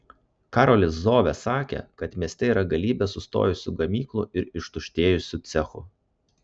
karolis zovė sakė kad mieste yra galybė sustojusių gamyklų ir ištuštėjusių cechų